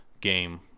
game